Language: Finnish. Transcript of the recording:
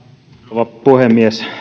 rouva puhemies